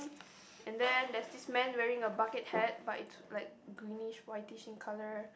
and then there's this man wearing a bucket hat but it's like greenish white-ish in colour